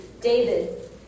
David